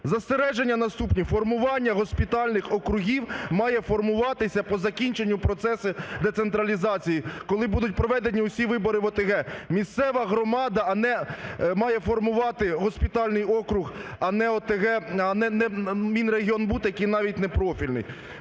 Застереження наступні. Формування госпітальних округів має формуватися по закінченню процесів децентралізації, коли будуть проведені усі вибори в ОТГ. Місцева громада має формувати госпітальний округ, а не ОТГ, а не Мінрегіонбуд, який навіть не профільний.